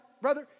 brother